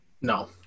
no